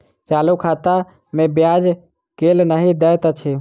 चालू खाता मे ब्याज केल नहि दैत अछि